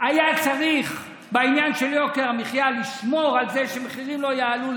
היה צריך בעניין של יוקר המחיה לשמור על זה שמחירים לא יעלו.